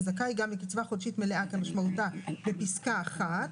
וזכאי גם לקצבה חודשית מלאה כמשמעותה בפסקה (1)